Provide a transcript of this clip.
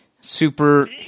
super